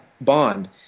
Bond